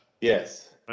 Yes